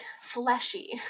fleshy